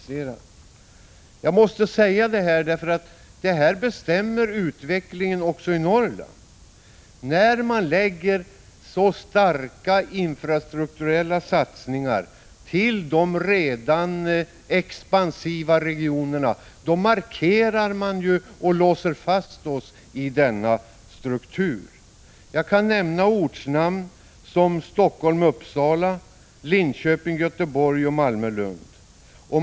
Jag måste säga detta, därför att det bestämmer utvecklingen också i Norrland. När man gör så stora infrastrukturella satsningar i de redan expansiva regionerna markerar man och låser fast oss i denna struktur. Jag kan nämna ortsnamn som Helsingfors—Uppsala, Linköping-Göteborg och Malmö-Lund.